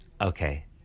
okay